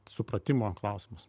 supratimo klausimas